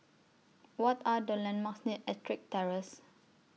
What Are The landmarks near Ettrick Terrace